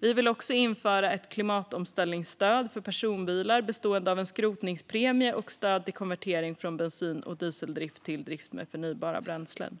Vi vill också införa ett klimatomställningsstöd för personbilar bestående av en skrotningspremie och stöd till konvertering från bensin och dieseldrift till drift med förnybara bränslen.